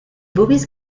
boris